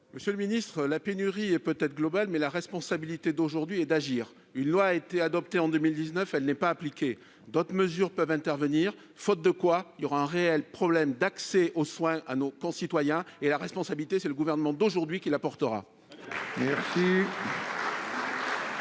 Monsieur le ministre, la pénurie est peut-être globale, mais la responsabilité d'aujourd'hui est d'agir. Une loi a été adoptée en 2019, mais elle n'est pas appliquée. D'autres mesures doivent être mises en place, faute de quoi il y aura un réel problème d'accès aux soins pour nos concitoyens et la responsabilité en reviendra au gouvernement d'aujourd'hui. La parole